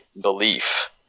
belief